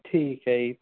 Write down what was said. ਠੀਕ ਹੈ ਜੀ